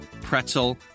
pretzel